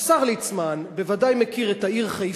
השר ליצמן ודאי מכיר את העיר חיפה,